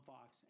Fox